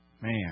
man